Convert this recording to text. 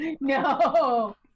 No